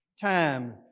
time